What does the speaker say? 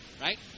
Right